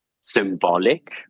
symbolic